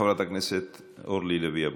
חברת הכנסת אורלי לוי אבקסיס,